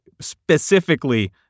specifically